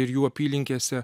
ir jų apylinkėse